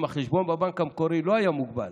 אם החשבון בבנק המקורי לא היה מוגבל